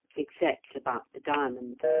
except about the diamond.